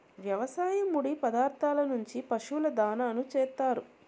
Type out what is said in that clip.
వ్యవసాయ ముడి పదార్థాల నుంచి పశువుల దాణాను చేత్తారు